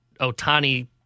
Otani